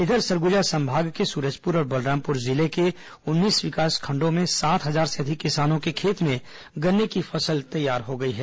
इधर सरगुजा संभाग के सूरजपुर और बलरामपुर जिले के उन्नीस विकासखंड में सात हजार से अधिक किसानों के खेत में गन्ने की फलस तैयार है